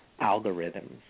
algorithms